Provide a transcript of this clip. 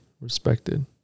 respected